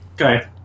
Okay